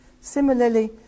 Similarly